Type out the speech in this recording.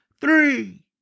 Three